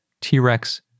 t-rex